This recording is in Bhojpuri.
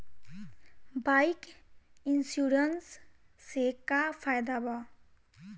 बाइक इन्शुरन्स से का फायदा बा?